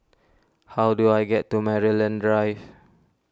how do I get to Maryland Drive